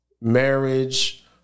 marriage